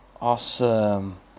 awesome